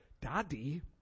Daddy